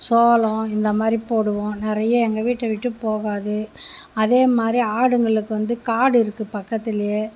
சோளம் இந்த மாதிரி போடுவோம் நிறைய எங்கள் வீட்டை விட்டு போவாது அதே மாதிரி ஆடுங்களுக்கு வந்து காடு இருக்கு பக்கத்துலையே